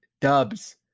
dubs